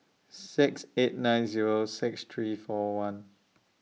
six eight nine Zero six three four one